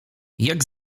jak